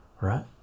right